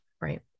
Right